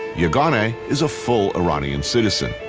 yeganeh is a full iranian citizen.